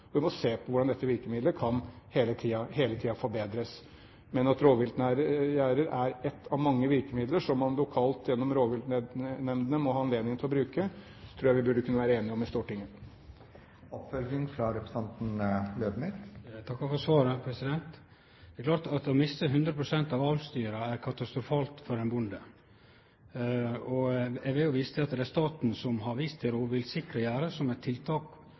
Vi må se på hvordan dette virkemidlet hele tiden kan forbedres. Men at rovviltgjerder er ett av mange virkemidler som man lokalt gjennom rovviltnemndene må ha anledning til å bruke, tror jeg vi burde kunne være enige om i Stortinget. Eg takkar for svaret. Det er klart at å miste 100 pst. av avlsdyra er katastrofalt for ein bonde. Eg vil vise til at det er staten som har vist til rovviltsikre gjerde som eit tiltak for å sikre beitedyr mot rovvilt, og det er offentlege myndigheiter som